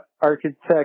Architect